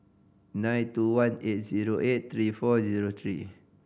nine two one eight zero eight three four zero three